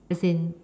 as in